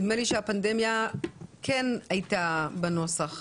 הפנדמיה כן הייתה בנוסח.